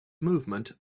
movement